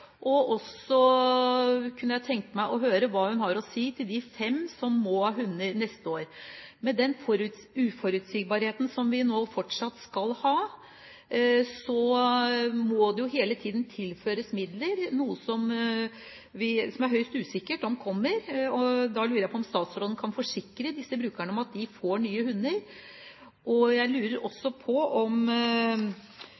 kunne også tenke meg å høre hva hun har å si til de fem som må ha hund til neste år. Med den uforutsigbarheten som vi nå fortsatt skal ha, må det jo hele tiden tilføres midler, noe som er høyst usikkert om kommer. Da lurer jeg på om statsråden kan forsikre disse brukerne om at de får nye hunder.